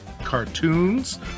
cartoons